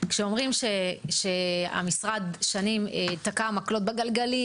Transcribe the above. כשאומרים שהמשרד שנים תקע מקלות בגלגלים,